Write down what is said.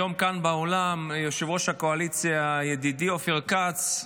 היום כאן באולם יושב-ראש הקואליציה ידידי אופיר כץ,